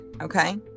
Okay